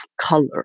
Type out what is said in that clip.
color